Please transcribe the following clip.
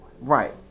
Right